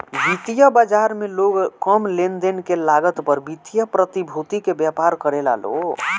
वित्तीय बाजार में लोग कम लेनदेन के लागत पर वित्तीय प्रतिभूति के व्यापार करेला लो